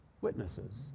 witnesses